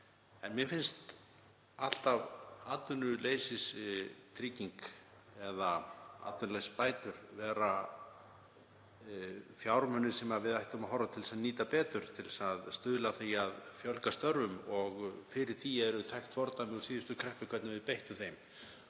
En mér finnst atvinnuleysistryggingar eða atvinnuleysisbætur alltaf vera fjármunir sem við ættum að horfa til þess að nýta betur til að stuðla að því að fjölga störfum og fyrir því eru þekkt fordæmi úr síðustu kreppu, hvernig við beittum þeim.